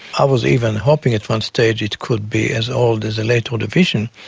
i was even hoping at one stage it could be as old as the late ordovician,